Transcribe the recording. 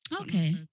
Okay